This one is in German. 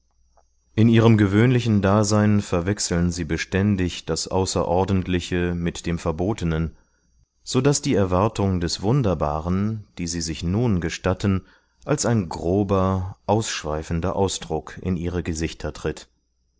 in ihrem gewöhnlichen dasein verwechseln sie beständig das außerordentliche mit dem verbotenen so daß die erwartung des wunderbaren die sie sich nun gestatten als ein grober ausschweifender ausdruck in ihre gesichter tritt